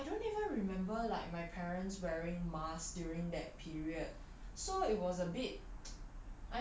adults I don't even remember like my parents wearing masks during that period so it was a bit